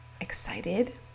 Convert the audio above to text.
excited